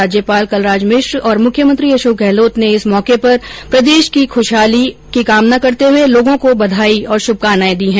राज्यपाल कलराज मिश्र और मुख्यमंत्री अशोक गहलोत ने इस मौके पर प्रदेश की खुशहाली की कामना करते हुए लोगों को बधाई और शुभकामनाए दी हैं